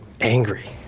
angry